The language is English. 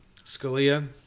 Scalia